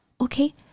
okay